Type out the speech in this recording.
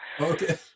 Okay